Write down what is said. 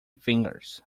fingers